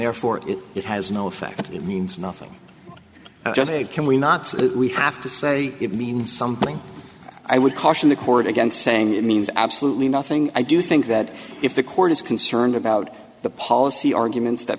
therefore it has no effect it means nothing can we not we have to say it means something i would caution the court against saying it means absolutely nothing i do think that if the court is concerned about the policy arguments that